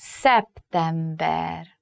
September